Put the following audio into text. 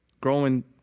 growing